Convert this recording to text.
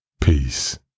Peace